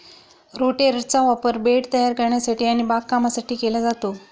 रोटेटरचा वापर बेड तयार करण्यासाठी आणि बागकामासाठी केला जातो